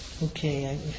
Okay